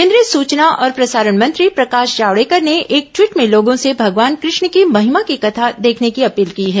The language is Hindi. केंद्रीय सूचना और प्रसारण मंत्री प्रकाश जावड़ेकर ने एक ट्वीट में लोगों से भगवान कृष्ण की महिमा की कथा देखने की अपील की है